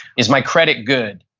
is my credit good?